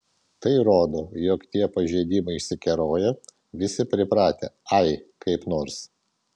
tai rodo jog tie pažeidimai išsikeroję visi pripratę ai kaip nors